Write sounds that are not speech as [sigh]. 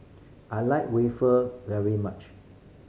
I like [unintelligible] very much